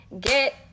Get